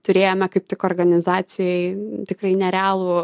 turėjome kaip tik organizacijai tikrai nerealų